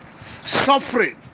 suffering